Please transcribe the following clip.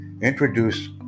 introduce